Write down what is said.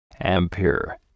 Ampere